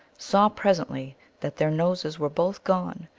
saw presently that their noses were both gone,